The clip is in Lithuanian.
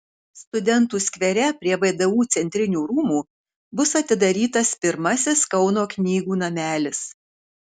studentų skvere prie vdu centrinių rūmų bus atidarytas pirmasis kauno knygų namelis